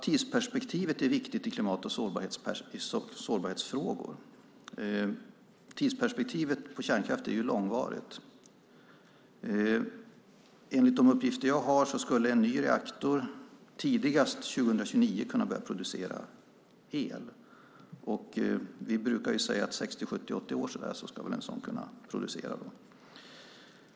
Tidsperspektivet är viktigt i klimat och sårbarhetsfrågor. Tidsperspektivet för kärnkraften är långt. Enligt de uppgifter jag har skulle en ny reaktor kunna börja producera el tidigast 2029. Vi brukar säga att i 60, 70, 80 år eller så ska väl en sådan reaktor kunna producera.